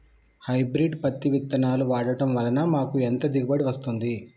Hybrid పత్తి విత్తనాలు వాడడం వలన మాకు ఎంత దిగుమతి వస్తుంది?